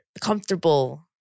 comfortable